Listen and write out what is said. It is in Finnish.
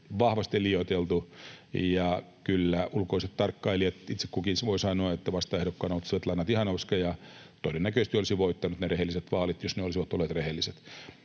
vahvasti liioiteltu. Kyllä ulkoisista tarkkailijoista itse kukin voi sanoa, että vastaehdokkaana ollut Svetlana Tihanovskaja todennäköisesti olisi voittanut rehelliset vaalit, jos ne olisivat olleet rehelliset.